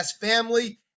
family